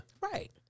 Right